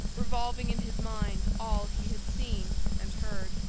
revolving in his mind all he had seen and heard.